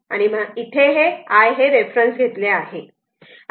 म्हणून इथे I हे रेफरन्स घेतले आहे